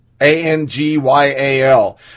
A-N-G-Y-A-L